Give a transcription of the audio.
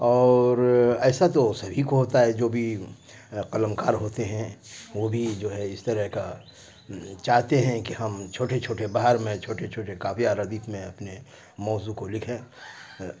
اور ایسا تو سبھی کو ہوتا ہے جو بھی قلم کار ہوتے ہیں وہ بھی جو ہے اس طرح کا چاہتے ہیں کہ ہم چھوٹے چھوٹے بہر میں چھوٹے چھوٹے کافیہ ردیف میں اپنے موضوع کو لکھیں